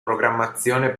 programmazione